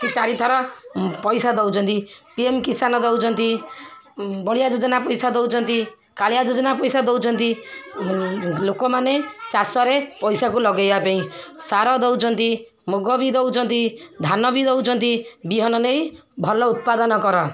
କି ଚାରିଥର ପଇସା ଦେଉଛନ୍ତି ପିଏମ୍ କିସାନ ଦେଉଛନ୍ତି ବଳିଆ ଯୋଜନା ପଇସା ଦେଉଛନ୍ତି କାଳିଆ ଯୋଜନା ପଇସା ଦେଉଛନ୍ତି ଲୋକମାନେ ଚାଷରେ ପଇସାକୁ ଲଗେଇବା ପାଇଁ ସାର ଦେଉଛନ୍ତି ମୁଗ ବି ଦେଉଛନ୍ତି ଧାନ ବି ଦେଉଛନ୍ତି ବିହନ ନେଇ ଭଲ ଉତ୍ପାଦନ କର